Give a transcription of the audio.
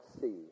see